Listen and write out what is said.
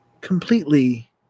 completely